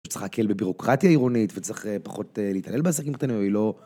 צריך להקל בבירוקרטיה עירונית, וצריך פחות להתעלל בעסקים קטנים, או היא לא...